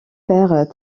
père